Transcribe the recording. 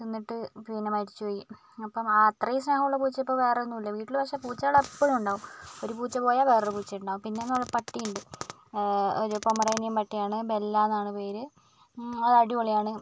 തിന്നിട്ട് പിന്നെ മരിച്ചു പോയി അപ്പം ആ അത്രേം സ്നേഹമുള്ള പൂച്ച ഇപ്പോൾ വേറെ ഒന്നുമില്ല വീട്ടിൽ പക്ഷേ പൂച്ചകൾ എപ്പോഴും ഉണ്ടാകും ഒരു പൂച്ച പോയാൽ വേറെ ഒരു പൂച്ച ഉണ്ടാകും പിന്നെ പട്ടിയുണ്ട് ഒരു പൊമറേനിയൻ പട്ടിയാണ് ബെല്ലാന്നാണ് പേര് അത് അടിപൊളിയാണ്